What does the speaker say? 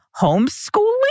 homeschooling